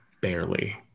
barely